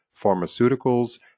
pharmaceuticals